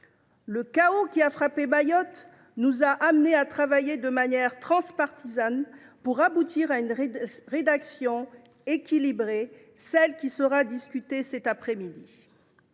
Le chaos qui a frappé Mayotte nous a amenés à travailler de manière transpartisane pour aboutir à la rédaction équilibrée dont nous discutons cet après midi.